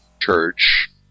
Church